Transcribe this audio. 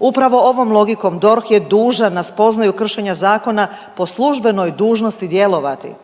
Upravo ovom logikom DORH je dužan na spoznaju kršenja zakona po službenoj dužnosti djelovati.